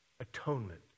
atonement